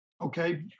okay